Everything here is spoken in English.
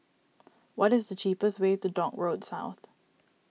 what is the cheapest way to Dock Road South